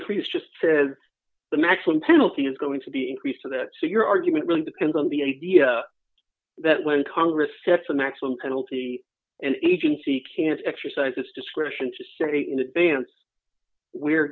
increase just says the maximum penalty is going to be increased to that so your argument really depends on the idea that when congress sets a maximum penalty an agency can't exercise its discretion